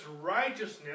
righteousness